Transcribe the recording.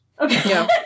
Okay